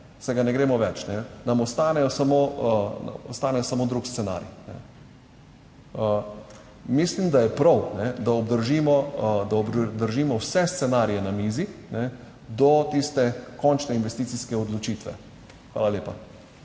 se ga ne gremo več. Nam ostanejo samo, ostane samo drug scenarij. Mislim, da je prav, da obdržimo vse scenarije na mizi do tiste končne investicijske odločitve. Hvala lepa.